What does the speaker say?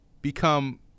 become